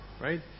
Right